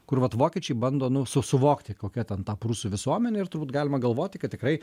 kur vat vokiečiai bando nu su suvokti kokia ten ta prūsų visuomenė ir turbūt galima galvoti kad tikrai